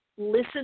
Listen